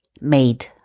made